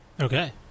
Okay